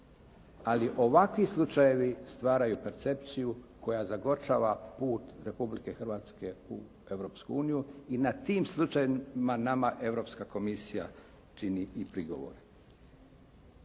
ali ovakvi slučajevi stvaraju percepciju koja zagorčava put Republike Hrvatske u Europsku uniju i na tim slučajevima nama Europska komisija čini i prigovore.